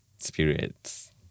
spirits